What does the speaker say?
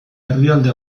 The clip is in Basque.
herrialde